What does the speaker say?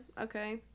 Okay